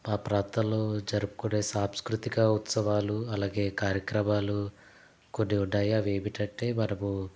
మా ప్రాంతంలో జరుపుకునే సాంస్కృతిక ఉత్సవాలు అలాగే కార్యక్రమాలు కొన్ని ఉన్నాయి అవి ఏమిటంటే మనము